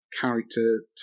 character